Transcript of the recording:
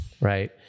right